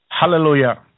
hallelujah